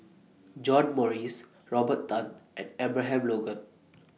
John Morrice Robert Tan and Abraham Logan